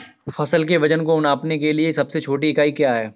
फसल के वजन को नापने के लिए सबसे छोटी इकाई क्या है?